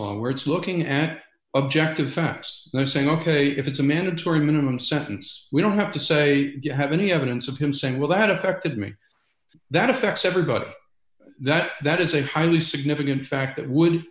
law where it's looking at objective facts now saying ok if it's a mandatory minimum sentence we don't have to say you have any evidence of him saying well that affected me that affects everybody that that is a highly significant fact